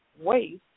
waste